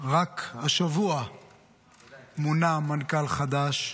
ורק השבוע מונה מנכ"ל חדש.